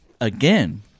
Again